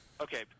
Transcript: okay